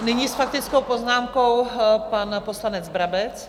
Nyní s faktickou poznámkou pan poslanec Brabec.